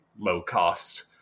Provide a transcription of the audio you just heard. low-cost